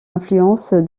influence